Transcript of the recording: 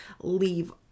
leave